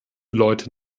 leute